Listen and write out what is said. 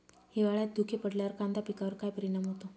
हिवाळ्यात धुके पडल्यावर कांदा पिकावर काय परिणाम होतो?